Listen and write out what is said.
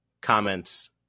comments